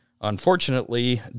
Unfortunately